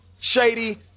shady